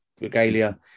regalia